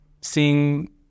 seeing